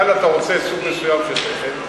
כאן, אם אתה רוצה סוג מסוים של רכב,